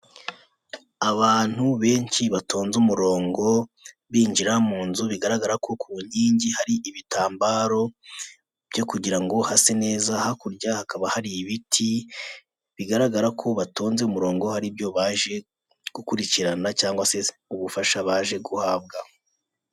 Abantu benshi batonze umurongo, binjira mu nzu bigaragara ko ku nkingi hari ibitambaro byo kugira ngo hase neza hakurya hakaba hari ibiti bigaragara ko batonze umurongo haribyo baje gukurikirana cyangwa se ubufasha baje guhabwa.